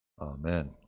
Amen